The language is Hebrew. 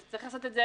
אז צריך לעשות את זה